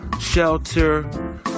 shelter